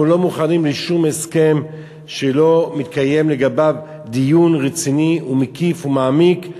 אנחנו לא מוכנים לשום הסכם שלא מתקיים לגביו דיון רציני ומקיף ומעמיק,